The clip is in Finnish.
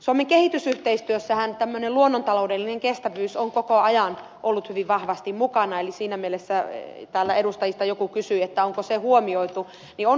suomen kehitysyhteistyössähän tämmöinen luonnontaloudellinen kestävyys on koko ajan ollut hyvin vahvasti mukana eli siinä mielessä kun täällä edustajista joku kysyi onko se huomioitu se on huomioitu